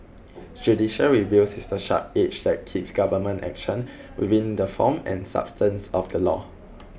judicial review is the sharp edge that keeps government action within the form and substance of the law